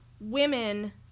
women